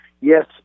yes